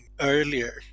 earlier